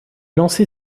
lancé